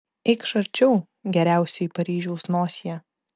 eikš arčiau geriausioji paryžiaus nosie